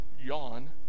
yawn